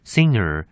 Singer